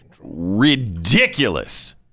ridiculous